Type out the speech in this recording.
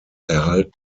erhalten